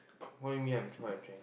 what you mean what I'm trying